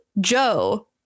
Joe